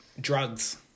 Drugs